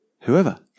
whoever